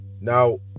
Now